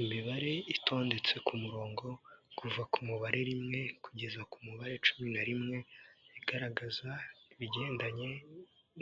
Imibare itondetse ku murongo kuva ku mubare rimwe kugeza ku mubare cumi na rimwe; igaragaza ibigendanye